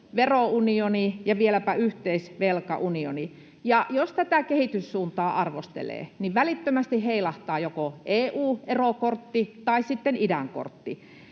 verounioni ja vieläpä yhteisvelkaunioni. Ja jos tätä kehityssuuntaa arvostelee, niin välittömästi heilahtaa joko EU-erokortti tai sitten idän kortti.